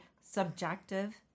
subjective